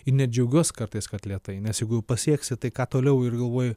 ir net džiaugiuos kartais kad lėtai nes jeigu jau pasieksi tai ką toliau ir galvoji